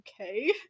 okay